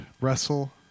Wrestle